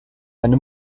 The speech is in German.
meine